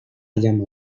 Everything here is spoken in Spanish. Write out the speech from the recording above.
llama